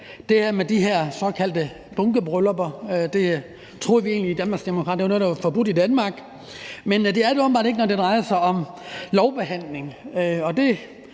at det med de her såkaldte bunkebryllupper er noget, som vi i Danmarksdemokraterne egentlig troede var forbudt i Danmark. Men det er det åbenbart ikke, når det drejer sig om lovbehandling,